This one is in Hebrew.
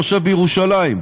יושבת בירושלים,